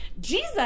Jesus